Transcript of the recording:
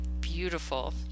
beautiful